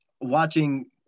watching